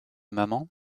maman